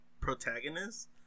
protagonist